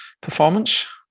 performance